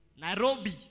Nairobi